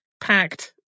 packed